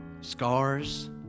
scars